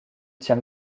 tiens